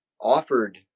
offered